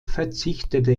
verzichtete